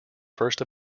first